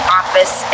office